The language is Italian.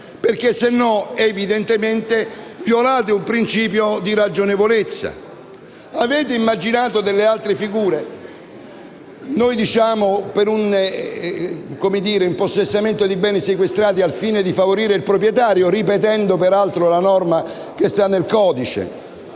terroristica, altrimenti violate il principio di ragionevolezza. Avete immaginato delle altre figure per un impossessamento di beni sequestrati al fine di favorire il proprietario, ripetendo peraltro la norma già presente nel codice?